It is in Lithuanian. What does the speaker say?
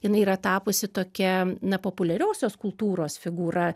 jinai yra tapusi tokia na populiariosios kultūros figūra